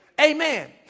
Amen